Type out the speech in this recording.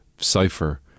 cipher